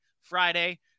Friday